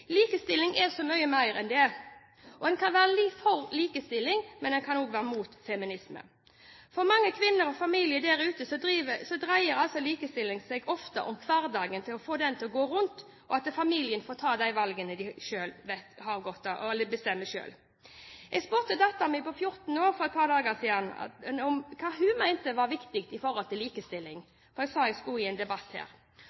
Likestilling er så mye mer enn det, og en kan være for likestilling, men en kan også være mot feminisme. For mange kvinner og familier der ute dreier altså likestilling seg ofte om å få hverdagen til å gå rundt og at familien får ta de valgene de selv vil, og kan bestemme selv. Jeg spurte datteren min på 14 år for et par dager siden om hva hun mente var viktig i forhold til